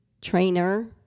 trainer